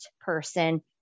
person